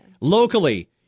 Locally